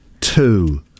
two